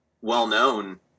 well-known